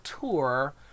tour